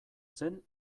zen